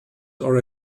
are